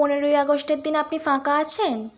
পনেরোই আগস্টের দিন আপনি ফাঁকা আছেন